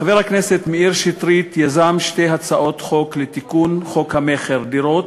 חבר הכנסת מאיר שטרית יזם שתי הצעות חוק לתיקון חוק המכר (דירות),